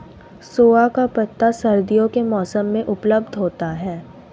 सोआ का पत्ता सर्दियों के मौसम में उपलब्ध होता है